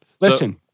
Listen